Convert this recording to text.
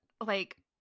Like-